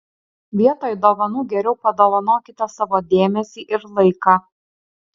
vietoj dovanų geriau padovanokite savo dėmesį ir laiką